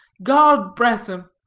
god bress him!